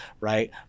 right